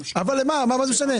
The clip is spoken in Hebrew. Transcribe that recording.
מה זה משנה?